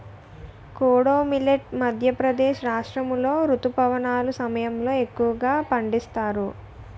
kodo millet Madhya Pradesh రాష్ట్రాములో రుతుపవనాల సమయంలో ఎక్కువగా పండిస్తారు